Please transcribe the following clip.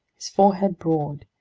his forehead broad,